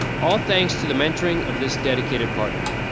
all thanks to the mentoring of this dedicated partner.